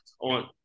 on